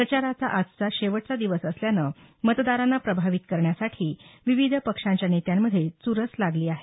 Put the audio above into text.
प्रचाराचा आजचा शेवटचा दिवस असल्यानं मतदारांना प्रभावित करण्यासाठी विविध पक्षांच्या नेत्यांमधे चुरस लागली आहे